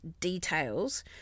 details